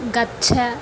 गच्छ